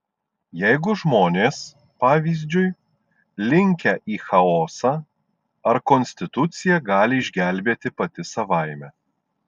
jeigu žmonės pavyzdžiui linkę į chaosą ar konstitucija gali išgelbėti pati savaime